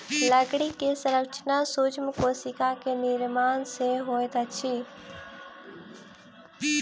लकड़ी के संरचना सूक्ष्म कोशिका के निर्माण सॅ होइत अछि